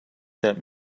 that